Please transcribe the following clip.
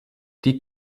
die